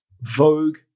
Vogue